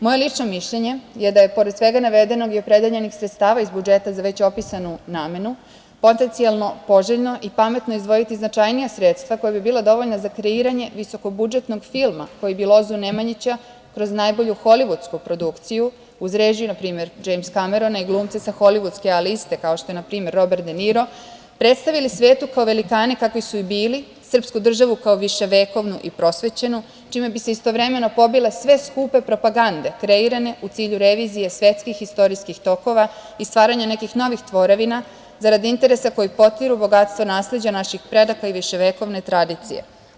Moje lično mišljenje je da je pored svega navedenog i opredeljenih sredstava iz budžeta za već opisanu namenu, potencijalno poželjno i pametno izdvojiti značajnija sredstva koja bi bila dovoljna za kreiranje visokobudžetnog filma, koji lozu Nemanjića kroz najbolju holivudsku produkciju, uz režiju npr. Đejms Kamerona i glumce sa holivudske A liste, kao što je npr. Rober De Niro, predstavili svetu kao velikane, kakvi su i bili, srpsku državnu kao viševekovnu i prosvećenu, čime bi se istovremeno pobile sve skupe propagande kreirane u cilju revizije svetskih istorijskih tokova i stvaranja nekih novih tvorevina, zarad interesa koji potiru bogatstvo nasleđa naših predaka i viševekovne tradicije.